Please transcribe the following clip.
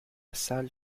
salle